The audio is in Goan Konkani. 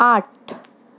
आठ